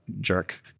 Jerk